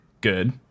Good